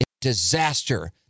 disaster